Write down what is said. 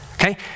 okay